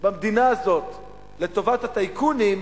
במדינה הזאת לטובת הטייקונים,